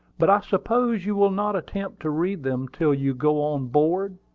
but i suppose you will not attempt to read them till you go on board?